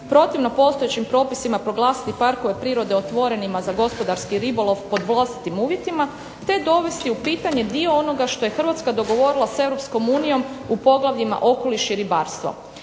protivno postojećim propisima proglasiti parkove prirode otvorenima za gospodarski ribolov pod vlastitim uvjetima, te dovesti u pitanje dio onoga što je Hrvatska dogovorila sa Europskom unijom u poglavljima okoliš i ribarstvo.